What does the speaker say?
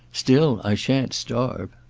still, i shan't starve.